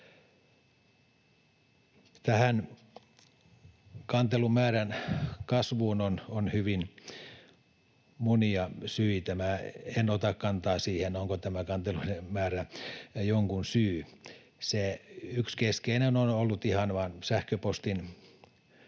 Tähän kantelumäärän kasvuun on hyvin monia syitä. En ota kantaa siihen, onko tämä kantelujen määrä jonkun syy. Yksi keskeinen on ollut ihan vain sähköpostin